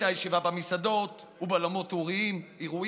את הישיבה במסעדות ובאולמות אירועים,